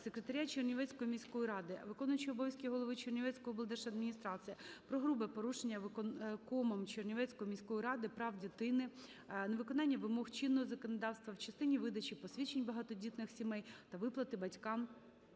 секретаря Чернівецької міської ради, виконуючого обов'язки голови Чернівецької облдержадміністрації про грубе порушення виконкомом Чернівецької міської ради прав дитини, невиконання вимог чинного законодавства в частині видачі посвідчень багатодітних сімей та виплати батькам